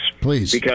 Please